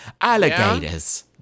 alligators